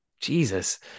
Jesus